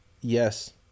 Yes